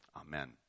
Amen